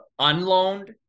unloaned